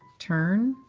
turn,